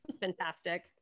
fantastic